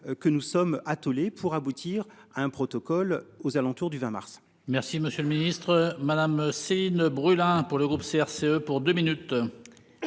que nous sommes attelés pour aboutir à un protocole aux alentours du 20 mars. Merci monsieur le ministre madame Céline ne brûle hein pour le groupe CRCE pour 2 minutes.